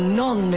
non